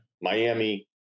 Miami